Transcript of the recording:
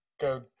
go